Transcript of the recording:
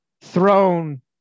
throne